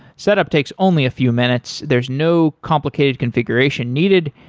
set up takes only a few minutes. there's no complicated configuration needed,